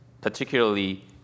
particularly